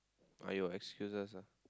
!aiyo! excuses lah